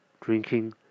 drinking